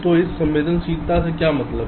तो हम संवेदनशीलता से क्या मतलब है